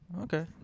okay